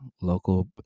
local